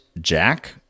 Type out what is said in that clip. Jack